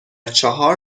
چهار